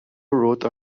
wrote